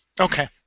Okay